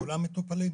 כולם מטופלים?